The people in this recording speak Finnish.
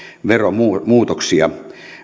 veromuutoksia